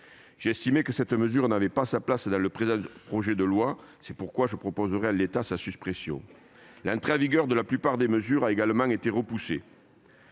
estimé que cette mesure, en l'état, n'avait pas sa place dans le présent projet de loi ; c'est pourquoi j'en proposerai la suppression. L'entrée en vigueur de la plupart des mesures a également été reportée.